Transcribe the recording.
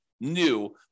new